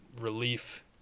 relief